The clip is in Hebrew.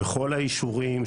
בכל האישורים,